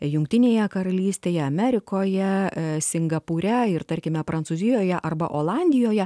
jungtinėje karalystėje amerikoje singapūre ir tarkime prancūzijoje arba olandijoje